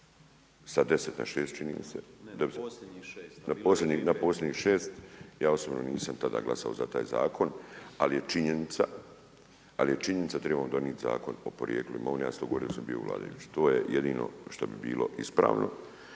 se ne razumije./ … na posljednjih 6. Ja osobno nisam tada glasao za taj zakon, ali je činjenica tribamo odnijet zakon o porijeklu imovine, ja sam to govorio dok … još. To je jedino što bi bilo ispravno